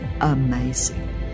amazing